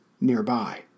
nearby